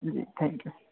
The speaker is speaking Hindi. ji thank you